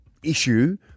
issue